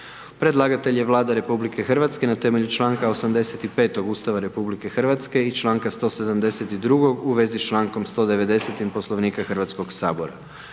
Predlagatelj je Vlada Republike Hrvatske, na temelju čl. 85. Ustava RH i čl. 172. u vezi s člankom 190. Poslovnika Hrvatskog sabora.